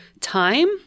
time